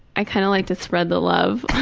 i kind of liked to spread the love.